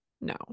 No